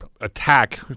attack